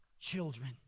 children